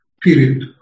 period